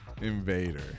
invader